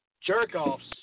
jerk-offs